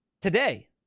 today